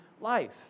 life